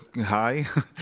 hi